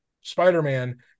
Spider-Man